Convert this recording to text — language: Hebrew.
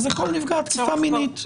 אז כל נפגעת תקיפה מינית.